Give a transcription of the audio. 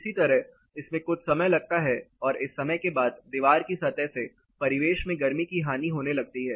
इसी तरह इसमें कुछ समय लगता है और इस समय के बाद दीवार की सतह से परिवेश में गर्मी की हानि होने लगती है